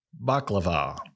Baklava